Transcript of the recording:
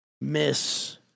miss